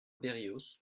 berrios